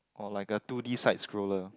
or like a two D side scroller